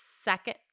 second